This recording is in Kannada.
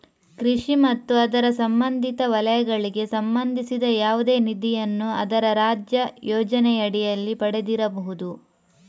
ಕೃಷಿ ಮತ್ತು ಅದರ ಸಂಬಂಧಿತ ವಲಯಗಳಿಗೆ ಸಂಬಂಧಿಸಿದ ಯಾವುದೇ ನಿಧಿಯನ್ನು ಅದರ ರಾಜ್ಯ ಯೋಜನೆಯಡಿಯಲ್ಲಿ ಪಡೆದಿರಬಹುದು